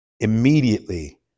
Immediately